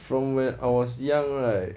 from when I was young right